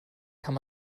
kann